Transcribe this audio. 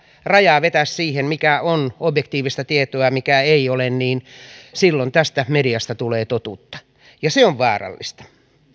rajaa siihen mikä on objektiivista tietoa ja mikä ei ole niin silloin tästä mediasta tulee totuutta ja se on vaarallista